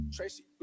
Tracy